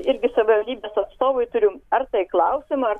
irgi savivaldybės atstovui turim ar tai klausimą